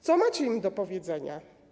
Co macie im do powiedzenia?